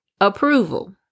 approval